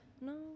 No